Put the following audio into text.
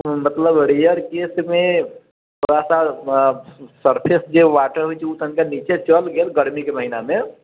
मतलब rare case मे थोड़ा सा सरफेस जे वाटर होइ छै ओ तनिका निचे चल गेल गर्मी के महिना मे